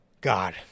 God